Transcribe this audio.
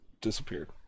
disappeared